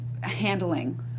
handling